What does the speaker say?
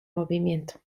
movimiento